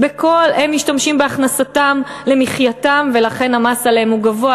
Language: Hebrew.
הם משתמשים בהכנסתם למחייתם ולכן המס עליהם הוא גבוה,